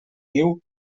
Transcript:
niu